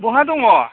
बहा दङ